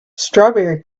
strawberry